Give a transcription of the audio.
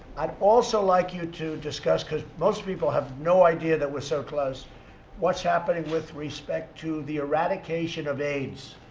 i'd also like you to discuss because most people have no idea that we're so close what's happening with respect to the eradication of aids,